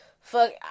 fuck